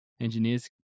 engineers